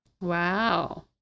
Wow